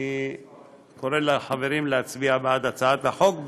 אני קורא לחברים להצביע בעד הצעת החוק,